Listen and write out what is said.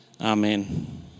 Amen